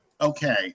Okay